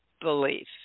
belief